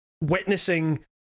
witnessing